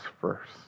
first